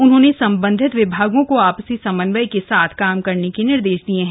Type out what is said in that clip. उन्होंने संबंधित विभागों को आपसी समन्वय के साथ काम करने के निर्देश दिये हैं